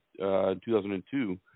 2002